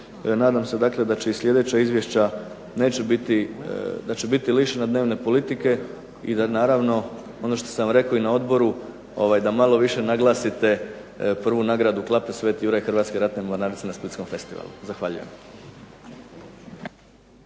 Nadam se da i sljedeća izvješća će biti lišena dnevne politike i da naravno, ono što sam rekao na Odboru, da više naglasite prvu nagradu Klape "Sveti Juraj" Hrvatske ratne mornarice na Splitskom festivalu. Zahvaljujem.